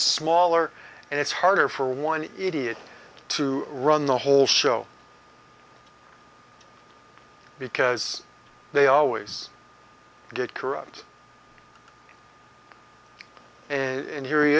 smaller and it's harder for one idiot to run the whole show because they always get corrupt and here